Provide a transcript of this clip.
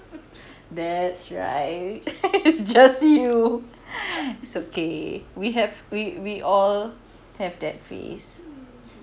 that's right that is just you it's okay we have we we all have that phase